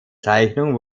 zeichnungen